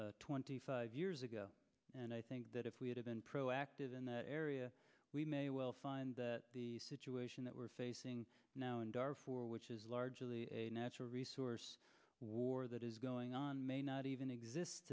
perspective twenty five years ago and i think that if we had been proactive in that area we may well find the situation that we're facing now and are for which is largely a natural resource war that is going on may not even exist